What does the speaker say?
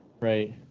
Right